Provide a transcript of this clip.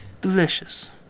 Delicious